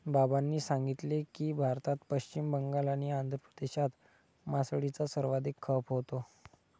बाबांनी सांगितले की, भारतात पश्चिम बंगाल आणि आंध्र प्रदेशात मासळीचा सर्वाधिक खप होतो